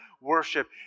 worship